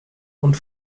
und